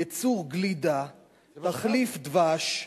ייצור גלידה, תחליף דבש,